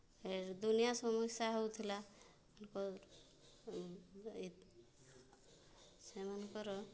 ଏ ଦୁନିଆ ସମସ୍ୟା ହଉ ଥିଲା ସେମାନଙ୍କର